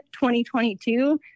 2022